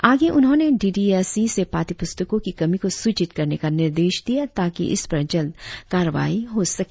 आगे उन्होंने D D S E से पाठ्य पुस्तकों की कमी को सुचित करने का निर्देश दिया ताकि इस पर जल्द कार्यवाही हो सके